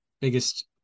biggest